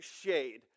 shade